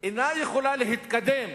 אינה יכולה להתקדם